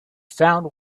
found